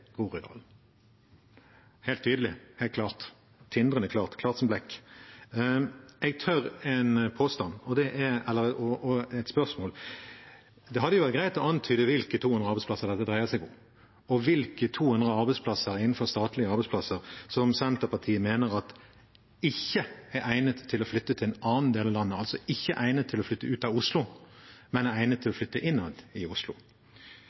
helt tydelig, helt klart, tindrende klart, klart som blekk. Jeg tør en påstand og et spørsmål. Det hadde jo vært greit å antyde hvilke 200 arbeidsplasser dette dreier seg om, og hvilke 200 statlige arbeidsplasser Senterpartiet mener ikke er egnet å flytte til en annen del av landet, altså ikke egnet til å flytte ut av Oslo, men egnet til å flytte innad i Oslo.